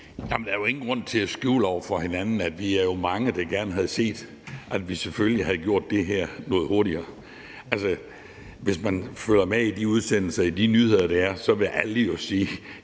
der er jo ingen grund til at skjule over for hinanden, at vi er mange, der gerne havde set, at vi selvfølgelig havde gjort det her noget hurtigere. Altså, hvis man følger med i de udsendelser og i de nyheder, der er, vil alle jo sige,